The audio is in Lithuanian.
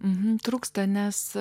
nutrūksta nes